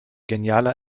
genialer